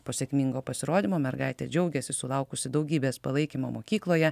po sėkmingo pasirodymo mergaitė džiaugėsi sulaukusi daugybės palaikymo mokykloje